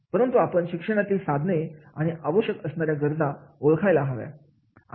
परंतु आपण शिक्षणातील साधने आणि आवश्यक असणाऱ्या गरजा ओळखायला हव्यात